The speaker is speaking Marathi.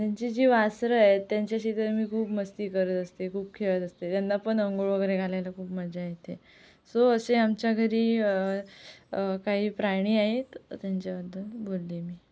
त्यांची जी वासरं आहेत त्यांचाशी तर मी खूप मस्ती करत असते खूप खेळत असते त्यांना पण अंघोळ वगैरे घालायला खूप मजा येते सो असे आमच्या घरी काही प्राणी आहेत त्यांच्याबद्दल बोलले मी